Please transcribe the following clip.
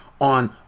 on